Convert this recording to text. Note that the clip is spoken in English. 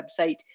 website